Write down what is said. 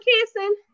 kissing